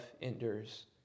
endures